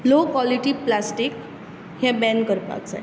लो quality plastic हें ban करपाक जाय